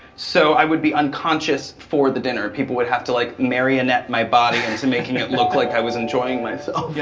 so i would be unconscious for the dinner because people would have to like marionette my body into making it look like i was enjoying myself. yeah